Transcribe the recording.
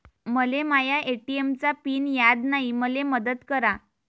मले माया ए.टी.एम चा पिन याद नायी, मले मदत करा